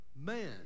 Man